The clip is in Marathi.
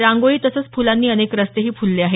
रांगोळी तसंच फुलांनी अनेक रस्तेही फुलले आहेत